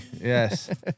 yes